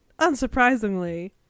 unsurprisingly